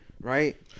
right